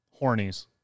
Hornies